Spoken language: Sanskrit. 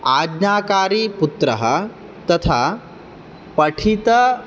आज्ञाकारी पुत्रः तथा पठित